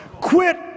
Quit